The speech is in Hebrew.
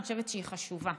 אני חושבת שהיא חשובה,